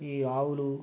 ఈ ఆవులు